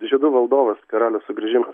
žiedų valdovas karaliaus sugrįžimas